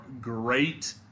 great